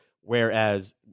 whereas